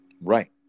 Right